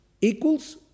equals